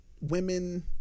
women